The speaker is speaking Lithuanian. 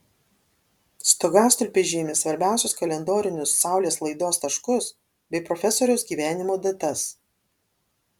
stogastulpiai žymi svarbiausius kalendorinius saulės laidos taškus bei profesoriaus gyvenimo datas